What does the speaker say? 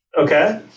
Okay